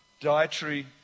dietary